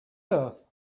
earth